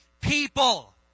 people